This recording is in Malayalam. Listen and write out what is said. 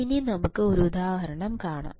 ഇനി നമുക്ക് ഒരു ഉദാഹരണം കാണാം